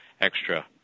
extra